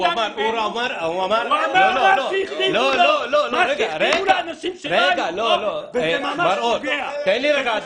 הוא אמר --- הוא אמר מה שהכתיבו לו וזה ממש פוגע.